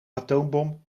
atoombom